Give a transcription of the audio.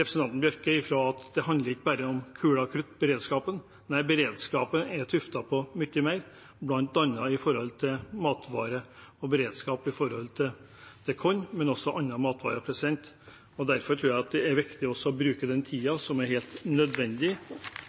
representanten Bjørke i at det ikke bare handler om kuler og krutt – beredskapen er tuftet på mye mer, bl.a. matvarer, som korn, men også andre matvarer. Derfor tror jeg det er viktig å bruke den tiden som er helt nødvendig